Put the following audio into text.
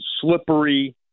slippery